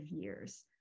years